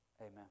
Amen